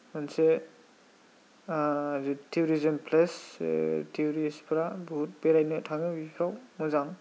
मोनसे tourism place जे टुरिस्टफ्रा बुहुद बेरायनो थाङो बेयाव मोजां